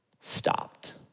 stopped